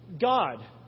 God